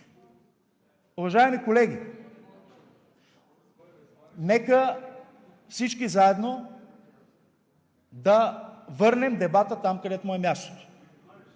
Уважаеми колеги, нека всички заедно да върнем дебата там, където му е мястото.